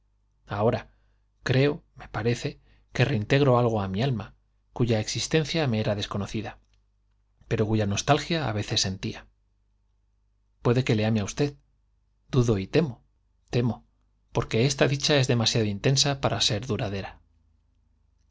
ahora creo me parece que reintegro algo á mi alma cuya exis tencia me era desconocida pero cuya nostalgia á vece sentía i puede que le ame á v dudo y temo i dicha demasiado intensa para temo porque esta es ser duradera